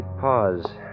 pause